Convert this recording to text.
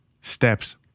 steps